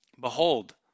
Behold